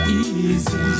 easy